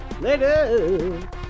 Later